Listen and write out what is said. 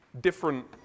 different